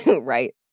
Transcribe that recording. Right